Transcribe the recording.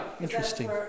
interesting